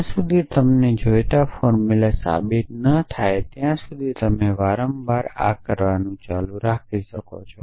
જ્યાં સુધી તમને જોઈતા ફોર્મુલા સાબિત ન થાય ત્યાં સુધી તમે વારંવાર આ કરવાનું ચાલુ રાખો છો